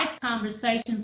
conversations